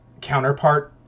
counterpart